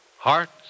hearts